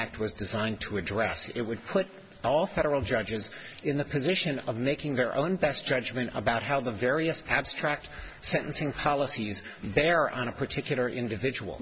act was designed to address it would put all federal judges in the position of making their own best judgment about how the various abstract sentencing policies there on a particular individual